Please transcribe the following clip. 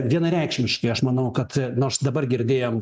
vienareikšmiškai aš manau kad nors dabar girdėjom